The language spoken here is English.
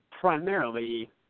primarily